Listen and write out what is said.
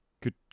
Good